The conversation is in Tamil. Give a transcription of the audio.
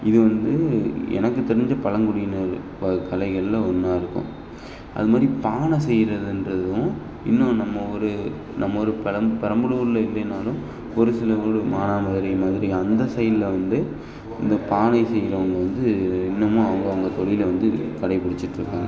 இது வந்து எனக்குத் தெரிஞ்ச பழங்குடியினர் ப கலைகளில் ஒன்றா இருக்கும் அது மாதிரி பானை செய்யறதுன்றதும் இன்னும் நம்ம ஊர் நம்ம ஊர் பெரம் பெரம்பலூரில் இல்லைன்னாலும் ஒரு சில ஊர் மானாமதுரை மாதிரி அந்த சைடில் வந்து இந்த பானை செய்கிறவங்க வந்து இன்னமும் அவங்கவுங்க தொழிலை வந்து கடைபிடிச்சுட்டிருக்காங்க